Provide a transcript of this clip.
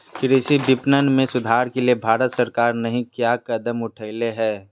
कृषि विपणन में सुधार के लिए भारत सरकार नहीं क्या कदम उठैले हैय?